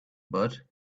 but